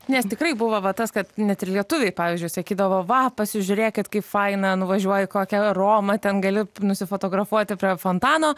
nes tikrai buvo va tas kad net ir lietuviai pavyzdžiui sakydavo va pasižiūrėkit kaip faina nuvažiuoji į kokią romą ten gali nusifotografuoti prie fontano